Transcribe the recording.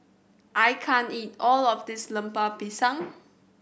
I can't eat all of this Lemper Pisang